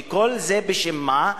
וכל זה בשם מה?